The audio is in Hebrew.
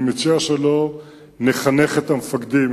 אני מציע שלא נחנך את המפקדים.